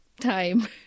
time